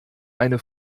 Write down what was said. eine